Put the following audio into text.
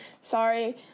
sorry